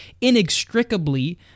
inextricably